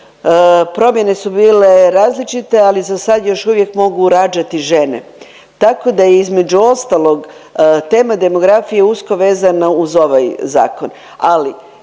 promjene su bile različite, ali za sad još uvijek mogu rađati žene, tako da je između ostalog tema demografije usko vezana uz ovaj zakon.